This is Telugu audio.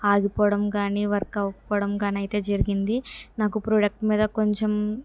ఆగిపోవడం కాని వర్క్ అవ్వకపోవడం కాని అయితే జరిగింది నాకు ప్రోడక్ట్ మీద కొంచెం